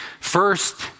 First